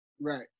Right